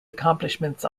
accomplishments